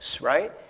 right